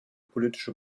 politische